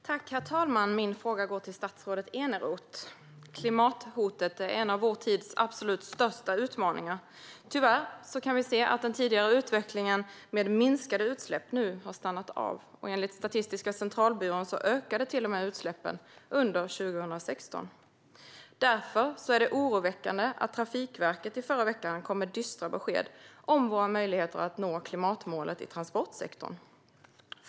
Herr talman! Min fråga går till statsrådet Eneroth. Klimathotet är en av vår tids absolut största utmaningar. Tyvärr kan vi se att den tidigare utvecklingen med minskade utsläpp har stannat av. Enligt Statistiska centralbyrån ökade utsläppen under 2016. Därför är det oroväckande att Trafikverket i förra veckan kom med dystra besked om våra möjligheter att nå klimatmålet i transportsektorn.